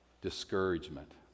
discouragement